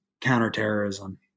counterterrorism